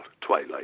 twilight